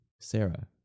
Sarah